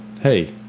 hey